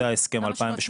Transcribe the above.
זה ההסכם מ-2018,